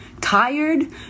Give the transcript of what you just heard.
tired